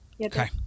Okay